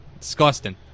Disgusting